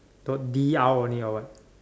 got D R only or what